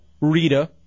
Rita